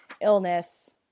illness